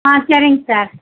ஆ சரிங்க சார்